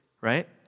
right